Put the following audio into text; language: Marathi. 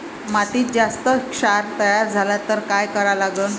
मातीत जास्त क्षार तयार झाला तर काय करा लागन?